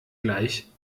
gleich